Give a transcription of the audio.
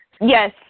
Yes